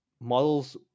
models